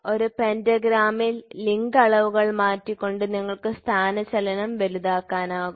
ഒരു പെന്റഗ്രാമിൽ ലിങ്ക് അളവുകൾ മാറ്റിക്കൊണ്ട് നിങ്ങൾക്ക് സ്ഥാനചലനം വലുതാക്കാനാകും